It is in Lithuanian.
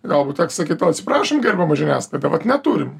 galbūt teks sakyt o atsiprašom gerbiama žiniasklaida vat neturim